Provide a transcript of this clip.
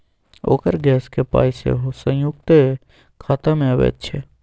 ओकर गैसक पाय सेहो संयुक्ते खातामे अबैत छै